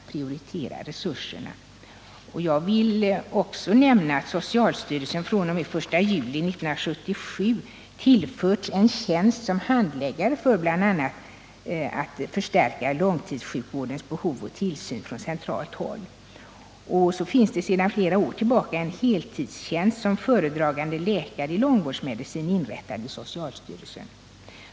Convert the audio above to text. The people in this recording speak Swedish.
Jag vill också nämna att socialstyrelsen fr.o.m. den I juli 1977 tillförts en tjänst som handläggare för att bl.a. förstärka långtidssjukvårdens behov av tillsyn från centralt håll . Vidare finns sedan flera år tillbaka en heltidstjänst som föredragande läkare i långvårdsmedicin inrättad vid socialstyrelsen.